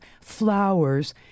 flowers